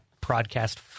broadcast